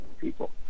people